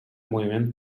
moviment